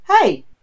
hey